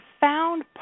found